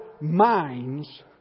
minds